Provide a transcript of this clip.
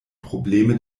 probleme